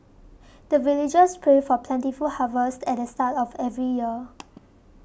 the villagers pray for plentiful harvest at the start of every year